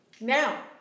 Now